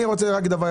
נובמבר.